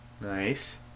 Nice